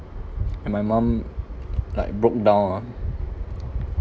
and my mom like broke down ah